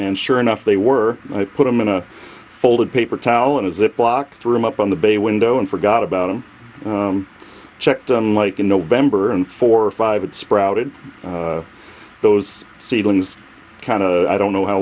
and sure enough they were i put them in a folded paper towel and as it blocked threw him up on the bay window and forgot about him checked them like in november and four or five had sprouted those seedlings kind of i don't know how